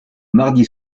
mardi